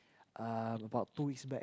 uh about two weeks back